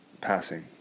passing